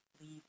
leave